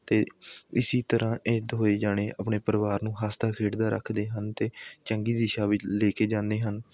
ਅਤੇ ਇਸ ਤਰ੍ਹਾਂ ਇਹ ਦੋਵੇਂ ਜਾਣੇ ਆਪਣੇ ਪਰਿਵਾਰ ਨੂੰ ਹੱਸਦਾ ਖੇਡਦਾ ਰੱਖਦੇ ਹਨ ਅਤੇ ਚੰਗੀ ਦਿਸ਼ਾ ਵਿੱਚ ਲੈ ਕੇ ਜਾਂਦੇ ਹਨ